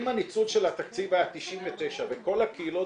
אם הניצול של התקציב היה 99% וכל הקהילות